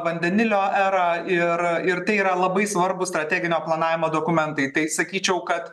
vandenilio erą ir ir tai yra labai svarbūs strateginio planavimo dokumentai tai sakyčiau kad